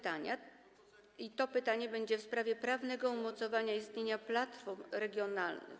To pytanie będzie w sprawie prawnego umocowania istnienia platform regionalnych.